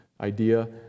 idea